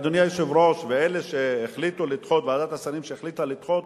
אדוני היושב-ראש, וועדת השרים שהחליטה לדחות,